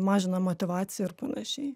mažina motyvaciją ir panašiai